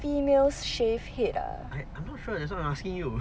females shave head ah